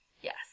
Yes